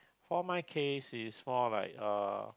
for my case is more like uh